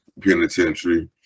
penitentiary